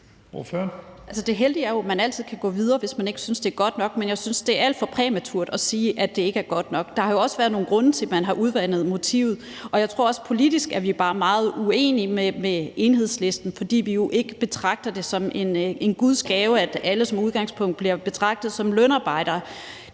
Liltorp (M): Det heldige er jo, at man altid kan gå videre, hvis man ikke synes, at det er godt nok, men jeg synes, at det er alt for præmaturt at sige, at det ikke er godt nok. Der har jo også været nogle grunde til, at man har udvandet det. Jeg tror også, at vi politisk bare er meget uenige med Enhedslisten, fordi vi jo ikke betragter det som en guds gave, at alle som udgangspunkt bliver betragtet som lønarbejdere.